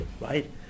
right